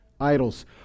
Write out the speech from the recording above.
Idols